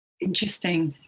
interesting